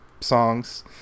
songs